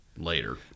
later